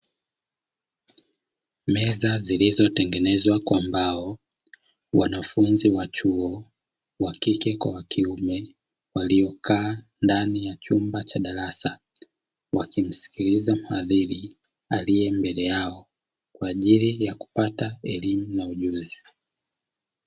Meza zilizotengenezwa kwa mbao, wanafunzi wa chuo wa kike kwa wakiume waliokaa ndani ya chumba cha darasa wakimsikiliza mhadhiri aliye mbele yao kwa ajili ya kupata elimu na ujuzi.